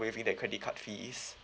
waiving the credit card fees